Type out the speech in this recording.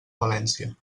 valència